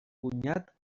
cunyat